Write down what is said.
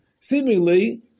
seemingly